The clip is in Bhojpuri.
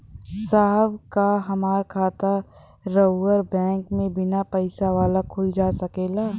साहब का हमार खाता राऊर बैंक में बीना पैसा वाला खुल जा सकेला?